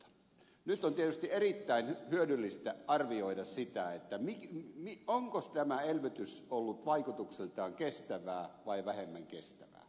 nyt on tietysti erittäin hyödyllistä arvioida sitä onkos tämä elvytys ollut vaikutuksiltaan kestävää vai vähemmän kestävää